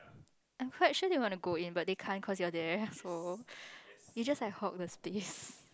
I'm quite sure they wanna go in but they can't cause you're there so they just like hulk the space